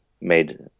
made